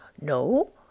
No